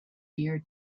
mere